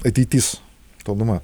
ateitis toluma